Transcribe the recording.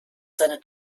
seine